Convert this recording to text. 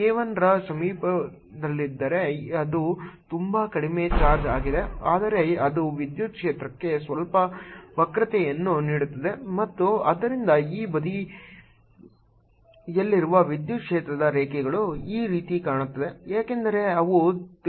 k 1 ರ ಸಮೀಪದಲ್ಲಿದ್ದರೆ ಅದು ತುಂಬಾ ಕಡಿಮೆ ಚಾರ್ಜ್ ಆಗಿದೆ ಆದರೆ ಅದು ವಿದ್ಯುತ್ ಕ್ಷೇತ್ರಕ್ಕೆ ಸ್ವಲ್ಪ ವಕ್ರತೆಯನ್ನು ನೀಡುತ್ತದೆ ಮತ್ತು ಆದ್ದರಿಂದ ಈ ಬದಿಯಲ್ಲಿರುವ ವಿದ್ಯುತ್ ಕ್ಷೇತ್ರದ ರೇಖೆಗಳು ಈ ರೀತಿ ಕಾಣುತ್ತವೆ ಏಕೆಂದರೆ ಅವು ತಿರುಗುತ್ತವೆ